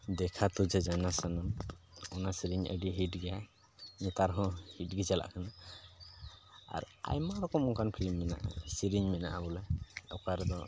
ᱫᱮᱠᱷᱟ ᱛᱩᱡᱷᱮ ᱡᱟᱱᱟ ᱥᱟᱱᱟᱢ ᱚᱱᱟ ᱥᱮᱨᱮᱧ ᱟᱹᱰᱤ ᱦᱤᱴ ᱜᱮᱭᱟ ᱱᱮᱛᱟᱨ ᱦᱚᱸ ᱦᱤᱴ ᱜᱮ ᱪᱟᱞᱟᱜ ᱠᱟᱱᱟ ᱟᱨ ᱟᱭᱢᱟ ᱨᱚᱠᱚᱢ ᱚᱱᱠᱟᱱ ᱯᱷᱤᱞᱤᱢ ᱢᱮᱱᱟᱜᱼᱟ ᱥᱮᱨᱮᱧ ᱢᱮᱱᱟᱜᱼᱟ ᱵᱚᱞᱮ ᱚᱠᱟ ᱨᱮᱫᱚ